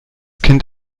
kind